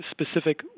specific